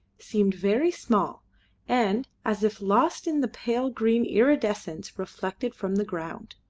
seemed very small and as if lost in the pale green iridescence reflected from the ground.